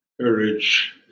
Courage